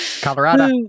Colorado